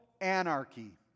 anarchy